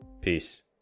Peace